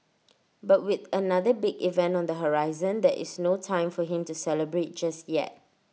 but with another big event on the horizon there is no time for him to celebrate just yet